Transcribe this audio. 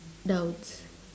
nouns